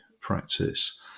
practice